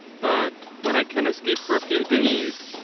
but when i can escape for a few days,